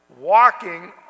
walking